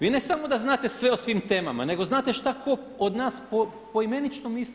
Vi ne samo da znate sve o svim temama, nego znate šta tko od nas poimenično misli.